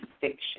fiction